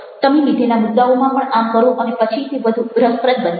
તમે લીધેલા મુદ્દાઓમાં પણ આમ કરો અને પછી તે વધુ રસપ્રદ બને છે